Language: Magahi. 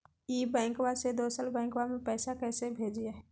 ई बैंकबा से दोसर बैंकबा में पैसा कैसे भेजिए?